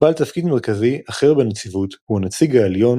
בעל תפקיד מרכזי אחר בנציבות הוא הנציג העליון